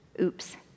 Oops